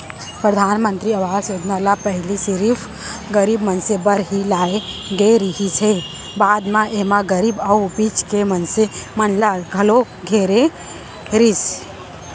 परधानमंतरी आवास योजना ल पहिली सिरिफ गरीब मनसे बर ही लाए गे रिहिस हे, बाद म एमा गरीब अउ बीच के मनसे मन ल घलोक संघेरे गिस